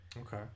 okay